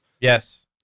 Yes